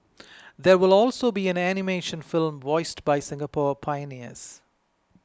there will also be an animation film voiced by Singapore pioneers